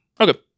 Okay